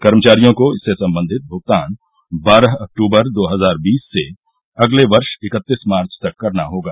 कर्मचारियों को इससे संबंधित भ्गतान बारह अक्तूबर दो हजार बीस से अगले वर्ष इकतीस मार्च तक करना होगा